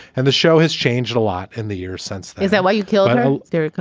and the show has changed a lot in the years since. is that why you killed you know there?